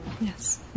Yes